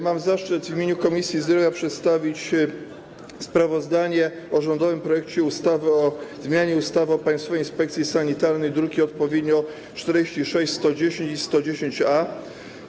Mam zaszczyt w imieniu Komisji Zdrowia przedstawić sprawozdanie o rządowym projekcie ustawy o zmianie ustawy o Państwowej Inspekcji Sanitarnej, druki odpowiednio 46, 110 i 110-A.